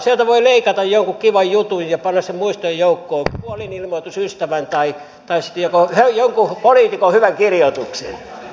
sieltä voi leikata jonkun kivan jutun ja panna sen muistojen joukkoon ystävän kuolinilmoituksen tai sitten jonkun poliitikon hyvän kirjoituksen